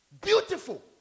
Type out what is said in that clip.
Beautiful